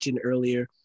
earlier